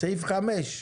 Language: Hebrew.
הסתייגות חמישית.